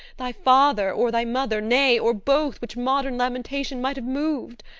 thy father, or thy mother, nay, or both, which modern lamentation might have mov'd?